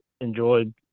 enjoyed